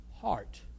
heart